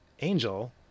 Angel